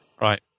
Right